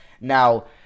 Now